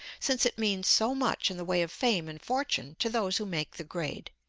since it means so much in the way of fame and fortune to those who make the grade.